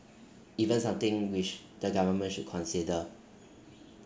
even something which the government should consider